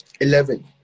Eleven